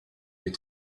des